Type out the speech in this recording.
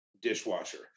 dishwasher